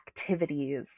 activities